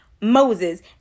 Moses